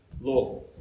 law